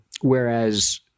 Whereas